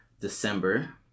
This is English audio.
December